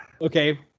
Okay